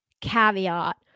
caveat